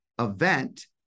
event